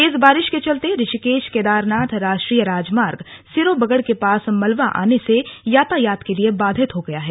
तेज बारिश के चलते ऋषिकेश केदारनाथ राष्ट्रीय राजमार्ग सिरोबगड़ के पास मलवा आने से यातायात के लिए बाधित हो गया है